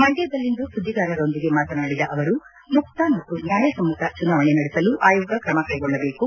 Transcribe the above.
ಮಂಡ್ಕದಲ್ಲಿಂದು ಸುದ್ದಿಗಾರರೊಂದಿಗೆ ಮಾತನಾಡಿದ ಅವರು ಮುಕ್ತ ಮತ್ತು ನ್ಯಾಯ ಸಮ್ಮತ ಚುನಾವಣೆ ನಡೆಸಲು ಆಯೋಗ ಕ್ರಮ ಕೈಗೊಳ್ಳಬೇಕು